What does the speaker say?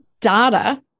data